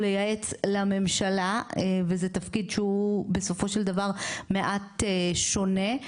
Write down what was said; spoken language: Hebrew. הוא לייעץ לממשלה וזה תפקיד שהוא בסופו של דבר מעט שונה,